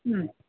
ಹ್ಞೂ